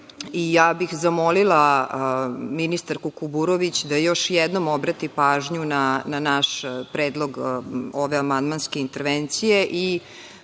i ja bih zamolila ministarku Kuburović da još jednom obrati pažnju na naš predlog ove amandmanske intervencije